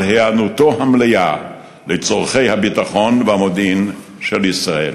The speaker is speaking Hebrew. היענותו המלאה לצורכי הביטחון והמודיעין של ישראל.